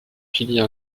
pilier